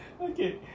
Okay